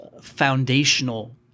foundational